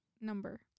number